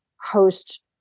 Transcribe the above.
host